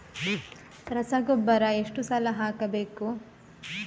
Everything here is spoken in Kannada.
ರಸಗೊಬ್ಬರ ಎಷ್ಟು ಸಲ ಹಾಕಬೇಕು?